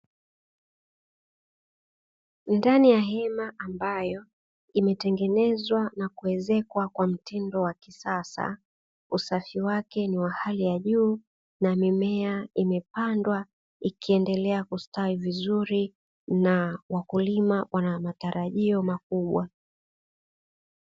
Ndani ya hema ambayo imetengenezwa na kuezekwa kwa mtindo wa kisasa, usafi wake ni wa hali ya juu na mimea imepandwa ikiendelea kustawi vizuri na wakulima wana matarajio makubwa.